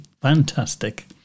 fantastic